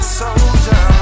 soldier